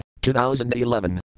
2011